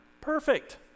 perfect